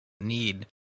need